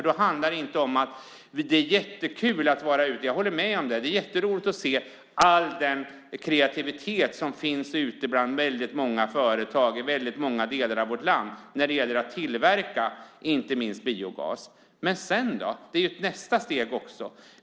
Då handlar det inte om att det är jättekul, även om jag håller med om att det är jätteroligt att se all den kreativitet som finns ute bland väldigt många företag i väldigt många delar av vårt land när det gäller att tillverka inte minst biogas. Men sedan då? Det är ju ett nästa steg också.